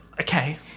Okay